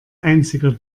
einziger